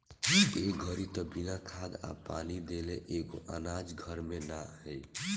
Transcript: ए घड़ी त बिना खाद आ पानी देले एको अनाज घर में ना आई